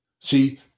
See